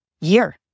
year